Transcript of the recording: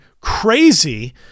crazy